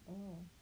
oh